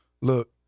look